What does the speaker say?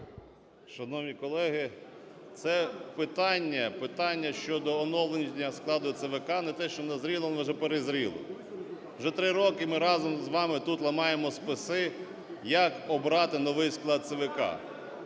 Шановні колеги, це питання - питання щодо оновлення складу ЦВК - не те, що назріло, воно вже перезріло. Вже три роки ми разом з вами тут ламаємо списи, як обрати новий склад ЦВК.